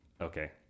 Okay